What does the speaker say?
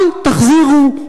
אל תחזירו,